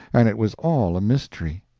and it was all a mystery,